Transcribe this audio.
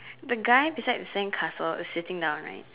the guy beside the sandcastle is sitting down right